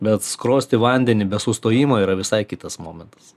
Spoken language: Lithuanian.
bet skrosti vandenį be sustojimo yra visai kitas momentas